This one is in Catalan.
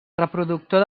reproductor